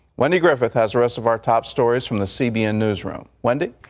wendy griffith has the rest of our top stories from the cbn newsroom. wendy.